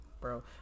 Bro